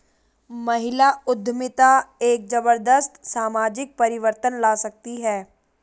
महिला उद्यमिता एक जबरदस्त सामाजिक परिवर्तन ला सकती है